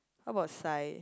how about Sai